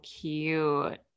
cute